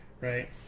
Right